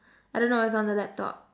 I don't know it's on the laptop